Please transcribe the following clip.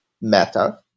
Meta